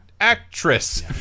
actress